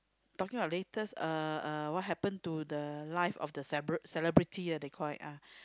talking about latest uh uh what happen to the life of the celeb~ celebrity ah they call it ah